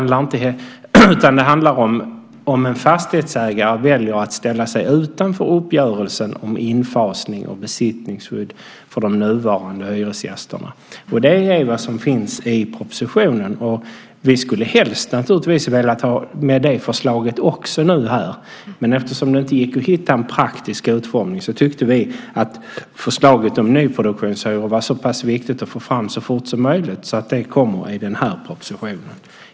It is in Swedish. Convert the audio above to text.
Det handlar om när en fastighetsägare väljer att ställa sig utanför uppgörelsen om infasning och besittningsskydd för de nuvarande hyresgästerna. Och det är vad som finns i propositionen. Vi hade naturligtvis helst velat ha med också det förslaget, men det gick inte att hitta en praktisk utformning. Då tyckte vi att det var viktigt att få fram förslaget om nyproduktionshyror så fort som möjligt, så att det kommer i den här propositionen.